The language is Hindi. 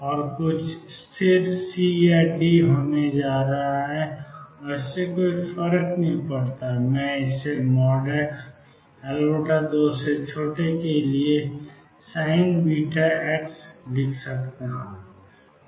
और कुछ स्थिर सी या डी होने जा रहा है इससे कोई फर्क नहीं पड़ता कि मैं इसे xL2 के लिए sin βx कहता हूं